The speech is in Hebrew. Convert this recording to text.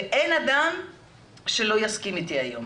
ואין אדם שלא יסכים איתי היום